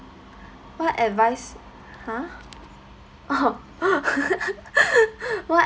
what advice !huh! oh what